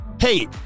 hey